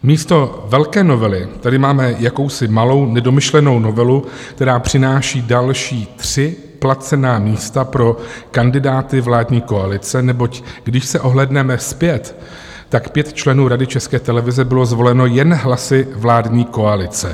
Místo velké novely tady máme jakousi malou nedomyšlenou novelu, která přináší další tři placená místa pro kandidáty vládní koalice, neboť když se ohlédneme zpět, tak pět členů Rady České televize bylo zvoleno jen hlasy vládní koalice.